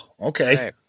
Okay